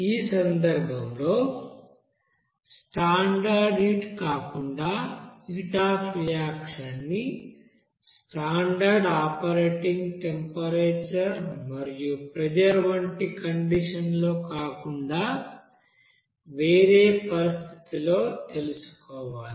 ఈ సందర్భంలో standard heat కాకుండా హీట్ అఫ్ రియాక్షన్ ని స్టాండర్డ్ ఆపరేటింగ్ టెంపరేచర్ మరియు ప్రెజర్ వంటి కండిషన్ లో కాకుండా వేరే పరిస్థితి లో తెలుసుకోవాలి